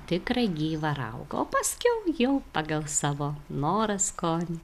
tikrą gyvą raugą o paskiau jau pagal savo norą skonį